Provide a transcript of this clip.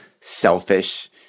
selfish